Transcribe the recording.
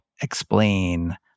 explain